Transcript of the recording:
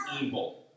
evil